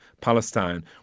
Palestine